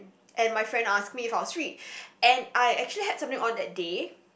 and my friend asked me if I was free and I actually have something on that day